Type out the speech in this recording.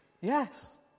Yes